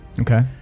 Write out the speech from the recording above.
Okay